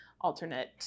alternate